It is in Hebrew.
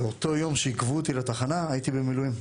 באותו יום שעיכבו אותי בתחנה הייתי במילואים,